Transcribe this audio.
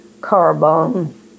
carbon